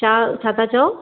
छा छा था चओ